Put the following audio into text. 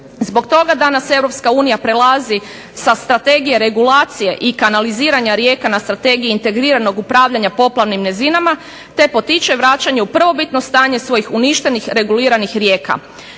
Zbog toga danas Europska unija prelazi sa Strategije regulacije i kanaliziranja rijeka na strategiji integriranog upravljanja poplavnim nizinama te potiče vraćanje u prvobitno stanje svojih uništenih, reguliranih rijeka.